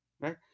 right